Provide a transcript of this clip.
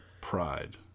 Pride